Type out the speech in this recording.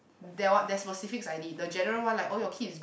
that one that specifics I need the general one like orh your kids